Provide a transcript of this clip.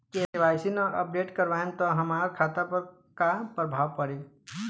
KYC ना update करवाएम त हमार खाता पर का प्रभाव पड़ी?